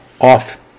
off